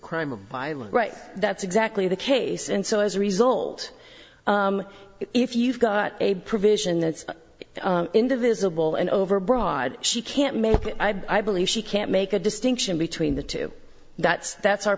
crime of violence right that's exactly the case and so as a result if you've got a provision that's in the visible and overbroad she can't make i believe she can't make a distinction between the two that's that's our